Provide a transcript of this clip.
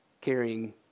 carrying